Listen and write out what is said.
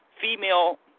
female